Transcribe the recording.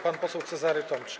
Pan poseł Cezary Tomczyk.